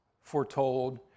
foretold